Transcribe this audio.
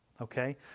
Okay